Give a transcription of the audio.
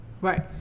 Right